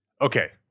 Okay